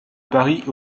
paris